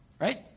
right